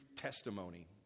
testimony